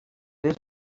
feu